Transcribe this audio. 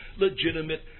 legitimate